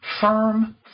firm